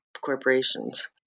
corporations